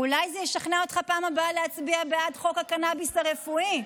אולי זה ישכנע אותך בפעם הבאה להצביע בעד חוק הקנביס הרפואי.